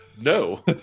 No